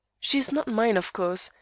she is not mine, of course,